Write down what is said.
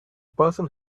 person